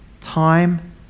time